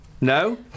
No